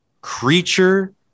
creature